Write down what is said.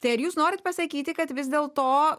tai ar jūs norit pasakyti kad vis dėl to